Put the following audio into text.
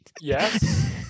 Yes